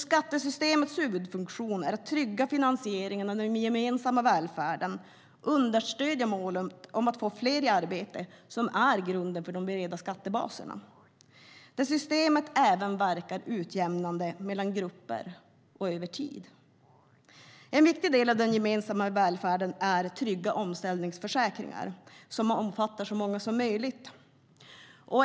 Skattesystemets huvudfunktion är nämligen att trygga finansieringen av den gemensamma välfärden och att understödja målen om att få fler i arbete, som är grunden för de breda skattebaserna, där systemet även verkar utjämnande mellan grupper och över tid. En viktig del av den gemensamma välfärden är trygga omställningsförsäkringar som omfattar så många som möjligt.